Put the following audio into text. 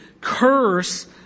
curse